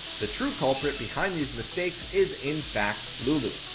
the true culprit behind these mistakes is infact lulu.